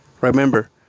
remember